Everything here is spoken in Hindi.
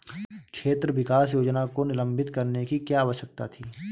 क्षेत्र विकास योजना को निलंबित करने की क्या आवश्यकता थी?